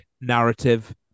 narrative